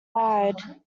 wide